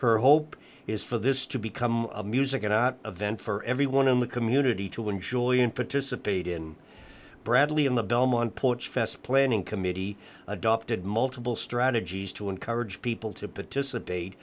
her hope is for this to become a music and not a vent for everyone in the community to enjoy and participate in bradley in the belmont puts fest planning committee adopted multiple strategies to encourage people to participate